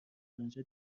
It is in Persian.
انجا